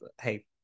hey